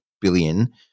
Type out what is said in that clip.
billion